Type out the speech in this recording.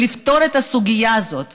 ולפתור את הסוגיה הזאת